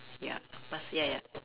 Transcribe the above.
ya must ya ya